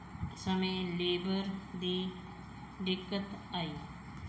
ਸਮੇਂ ਲੇਬਰ ਦੀ ਦਿੱਕਤ ਆਈ